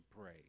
pray